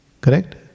correct